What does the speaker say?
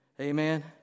Amen